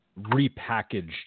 repackaged